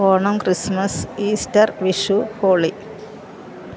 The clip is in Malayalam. Onam Christmas Easter Vishu holy